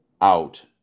out